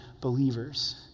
believers